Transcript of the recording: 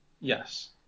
yes